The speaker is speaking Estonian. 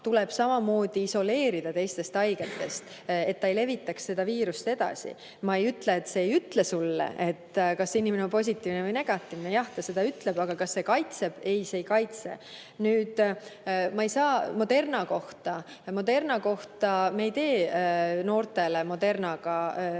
tuleb samamoodi isoleerida teistest haigetest, et ta ei levitaks seda viirust edasi. Ma ei ole öelnud, et see ei ütle, kas inimene on positiivne või negatiivne. Jah, ta ütleb seda. Aga kas see kaitseb? Ei, see ei kaitse. Nüüd Moderna kohta. Me ei tee noortele Modernaga süste.